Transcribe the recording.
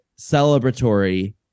celebratory